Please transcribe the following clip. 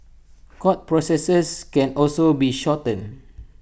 court processes can also be shortened